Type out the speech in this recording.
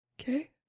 Okay